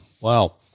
Wow